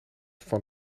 van